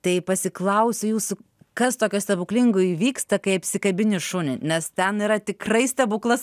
tai pasiklausiu jūsų kas tokio stebuklingo įvyksta kai apsikabini šunį nes ten yra tikrai stebuklas